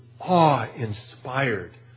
awe-inspired